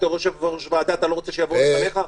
בתור יושב ראש ועדה, אתה לא רוצה שיבואו אליך?